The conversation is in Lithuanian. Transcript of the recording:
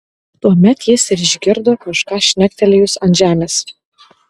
tuomet jis ir išgirdo kažką žnektelėjus ant žemės